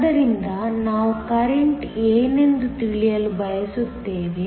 ಆದ್ದರಿಂದ ನಾವು ಕರೆಂಟ್ ಏನೆಂದು ತಿಳಿಯಲು ಬಯಸುತ್ತೇವೆ